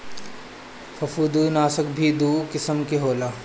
फंफूदनाशक भी दू किसिम के होला